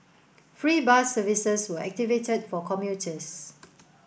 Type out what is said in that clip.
free bus services were activated for commuters